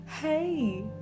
Hey